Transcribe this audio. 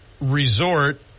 Resort